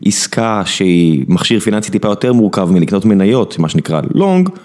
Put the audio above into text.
עסקה שהיא מכשיר פינאנסי טיפה יותר מורכב מלקנות מניות, מה שנקרא לונג.